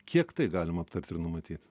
kiek tai galim aptarti ir numatyt